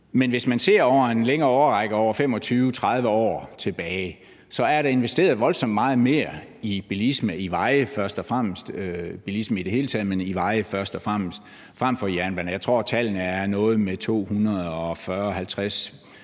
Men hvis man ser det over en længere årrække – over 25-30 år tilbage – så er der investeret voldsomt meget mere i bilisme, i veje først og fremmest, i bilisme i det hele taget, end i jernbaner. Jeg tror, at tallene er noget med 240-250